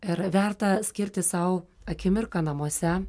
yra verta skirti sau akimirką namuose